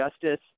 justice